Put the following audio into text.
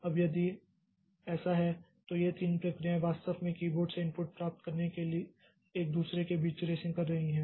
अब यदि ऐसा है तो ये तीन प्रक्रियाएँ वास्तव में कीबोर्ड से इनपुट प्राप्त करने के लिए एक दूसरे के बीच रेसिंग कर रही हैं